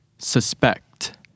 suspect